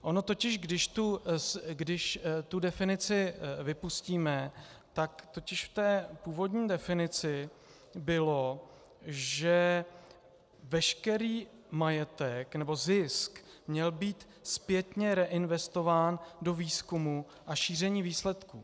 Ono totiž když tu definici vypustíme, tak v té původní definici bylo, že veškerý majetek nebo zisk měl být zpětně reinvestován do výzkumu a šíření výsledků.